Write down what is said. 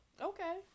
Okay